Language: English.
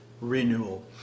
renewal